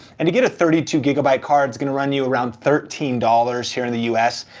and you get a thirty two gigabyte card, it's gonna run you around thirteen dollars here in the u s.